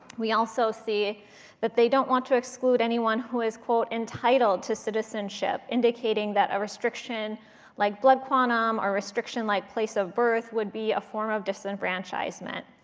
we also see that they don't want to exclude anyone who is, quote, entitled to citizenship, indicating that a restriction like blood quantum or restriction like place of birth would be a form of disenfranchisement.